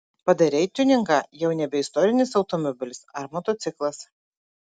padarei tiuningą jau nebe istorinis automobilis ar motociklas